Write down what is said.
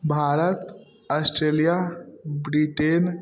Bharat Australia Britain